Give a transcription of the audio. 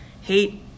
hate